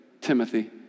Timothy